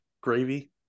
gravy